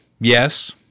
Yes